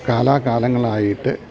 കാലാകാലങ്ങൾ ആയിട്ട്